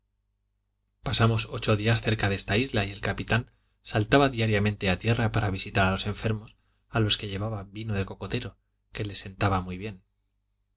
pasamos ocho días cerca de esta isla y el capitán saltaba diariamente a tierra para visitar a los enfermos a los que llevaba vino de cocotero que les sentaba muy bien